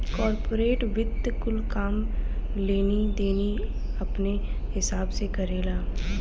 corporate वित्त कुल काम लेनी देनी अपने हिसाब से करेला